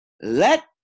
let